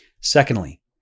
Secondly